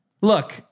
look